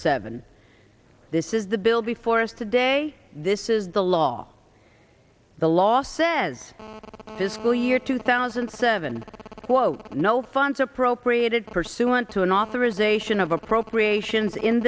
seven this is the bill before us today this is the law the law says this school year two thousand and seven quote no funds appropriated pursuant to an authorization of appropriations in